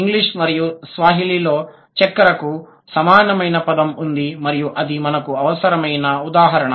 English మరియు స్వాహిలిలలో చక్కెరకు సమానమైన పదం ఉంది మరియు అది మనకు అవసరమైన ఉదాహరణ